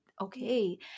okay